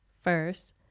first